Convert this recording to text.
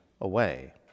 away